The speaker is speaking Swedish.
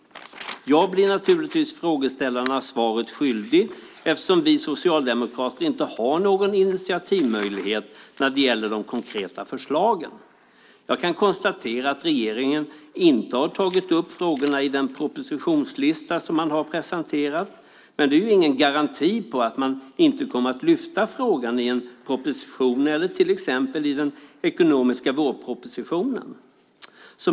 Jag blir naturligtvis frågeställarna svaret skyldig eftersom vi socialdemokrater inte har någon initiativmöjlighet när det gäller de konkreta förslagen. Jag kan konstatera att regeringen inte har tagit upp frågorna i den propositionslista som man har presenterat. Men det är ingen garanti för att man inte kommer att lyfta fram frågan i en proposition eller till exempel i den ekonomiska vårpropositionen.